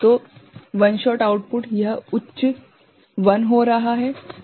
तो one shot output यह उच्च 1 हो रहा है